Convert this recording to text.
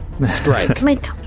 strike